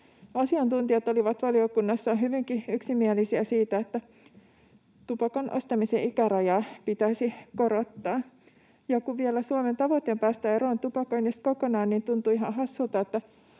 Asiantuntijat olivat valiokunnassa hyvinkin yksimielisiä siitä, että tupakan ostamisen ikärajaa pitäisi korottaa, ja kun vielä Suomen tavoite on päästä eroon tupakoinnista kokonaan, niin tuntuu ihan hassulta,